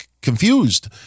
confused